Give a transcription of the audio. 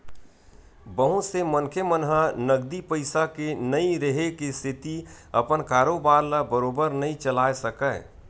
बहुत से मनखे मन ह नगदी पइसा के नइ रेहे के सेती अपन कारोबार ल बरोबर नइ चलाय सकय